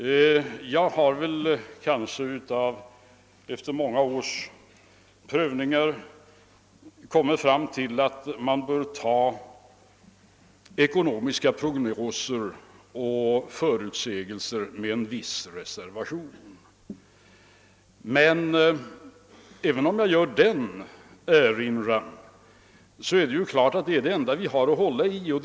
Jag har efter många års prövningar kommit fram till att ekonomiska prognoser och förutsägelser bör tas med en viss reservation. Även om jag gör denna erinran, är det emellertid klart att sådana är det enda vi har att hålla oss till.